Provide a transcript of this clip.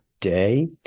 day